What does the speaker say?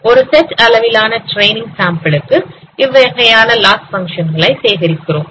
ஒரு செட் அளவிலான ட்ரெய்னிங் சாம்பிளுக்கு இவ்வகையான லாஸ் பங்க்ஷன் களை சேகரிக்கிறோம்